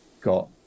got